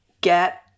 Get